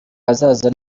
ahazaza